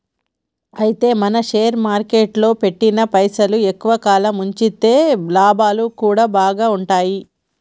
అయితే మనం షేర్ మార్కెట్లో పెట్టిన పైసలు ఎక్కువ కాలం ఉంచితే లాభాలు కూడా బాగుంటాయి